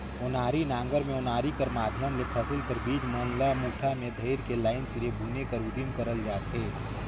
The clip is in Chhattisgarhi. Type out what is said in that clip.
ओनारी नांगर मे ओनारी कर माध्यम ले फसिल कर बीज मन ल मुठा मे धइर के लाईन सिरे बुने कर उदिम करल जाथे